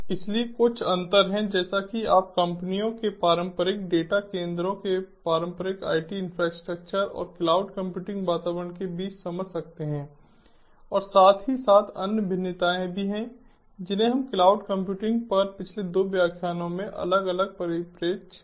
इसलिए कुछ अंतर है जैसा कि आप कंपनियों के पारंपरिक डेटा केंद्रों के पारंपरिक आईटी इंफ्रास्ट्रक्चर और क्लाउड कंप्यूटिंग वातावरण के बीच समझ सकते हैं और साथ ही साथ अन्य भिन्नताएं भी हैं जिन्हें हम क्लाउड कंप्यूटिंग पर पिछले 2 व्याख्यानों में अलग अलग परिप्रेक्ष्य में समझ चुके हैं